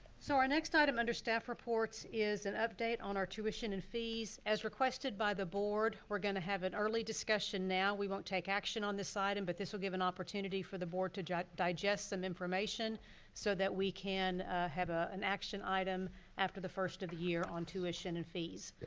so our next item under staff reports is an update on our tuition and fees. as requested by the board, we're gonna have an early discussion now, we won't take action on this item but this will give an opportunity for the board to digest some information so that we can have ah an action item after the first of the year on tuition and fees.